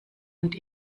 und